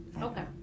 okay